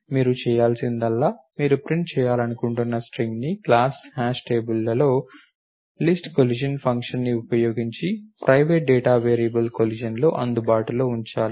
మీరు చేయాల్సిందల్లా మీరు ప్రింట్ చేయాలనుకుంటున్న స్ట్రింగ్ని క్లాస్ హ్యాష్ టేబుల్లో లిస్ట్ కొలిషన్ ఫంక్షన్ని ఉపయోగించి ప్రైవేట్ డేటా వేరియబుల్ కొలిషన్లో అందుబాటులో ఉంచాలి